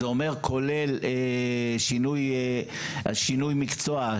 כולל שינוי מקצוע.